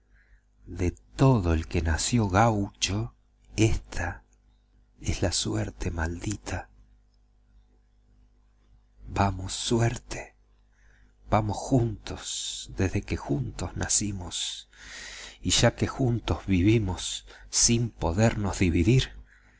de todo el que nació gaucho ésta es la suerte maldita vamos suerte vamos juntos dende que juntos nacimos y ya que juntos vivimos sin podernos dividiryo